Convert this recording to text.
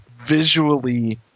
visually